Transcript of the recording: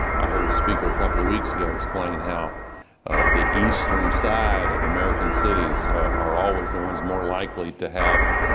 i heard a speaker a couple of weeks ago explain how the eastern side of american cities are always the ones more likely to have